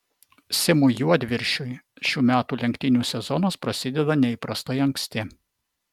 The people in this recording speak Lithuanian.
simui juodviršiui šių metų lenktynių sezonas prasideda neįprastai anksti